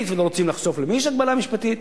ולא רוצים לחשוף למי יש הגבלה משפטית.